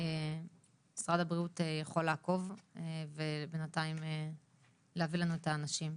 משרד הבריאות יכול לעקוב ובינתיים להביא לנו את האנשים.